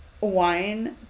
Wine